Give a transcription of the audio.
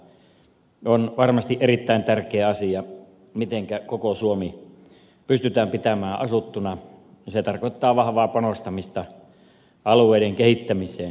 mutta on varmasti erittäin tärkeä asia mitenkä koko suomi pystytään pitämään asuttuna ja se tarkoittaa vahvaa panostamista alueiden kehittämiseen